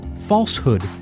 falsehood